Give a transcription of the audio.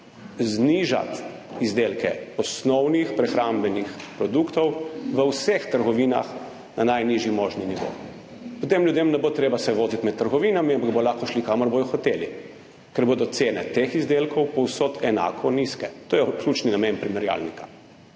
znižati izdelke osnovnih prehrambnih produktov v vseh trgovinah na najnižji možni nivo. Potem se ljudem ne bo treba voziti med trgovinami, ampak bodo lahko šli, kamor bodo hoteli, ker bodo cene teh izdelkov povsod enako nizke. To je ključni namen primerjalnika.